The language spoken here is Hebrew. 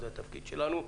וזה התפקיד שלנו,